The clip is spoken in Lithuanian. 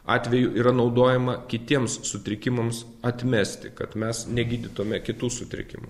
atveju yra naudojama kitiems sutrikimams atmesti kad mes negydytume kitų sutrikimų